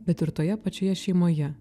bet ir toje pačioje šeimoje